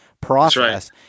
process